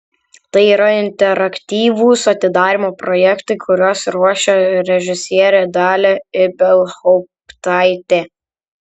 tai yra interaktyvūs atidarymo projektai kuriuos ruošia režisierė dalia ibelhauptaitė